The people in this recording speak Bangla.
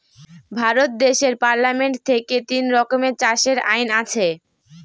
ভারত দেশের পার্লামেন্ট থেকে তিন রকমের চাষের আইন আছে